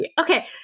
Okay